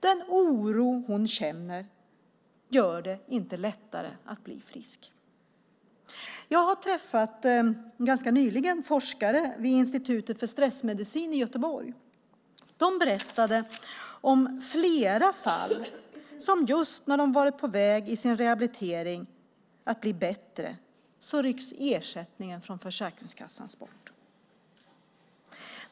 Den oro hon känner gör det inte lättare att bli frisk. Jag träffade ganska nyligen forskare vid Institutet för stressmedicin i Göteborg. De berättade om flera fall där Försäkringskassan ryckt bort ersättningen just när personerna varit på väg att blir bättre i sin rehabilitering.